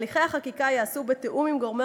והליכי החקיקה ייעשו בתיאום עם גורמי